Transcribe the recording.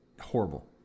horrible